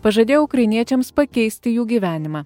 pažadėjo ukrainiečiams pakeisti jų gyvenimą